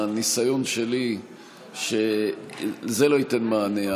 מהניסיון שלי שזה לא ייתן מענה.